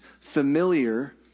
familiar